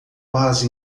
quase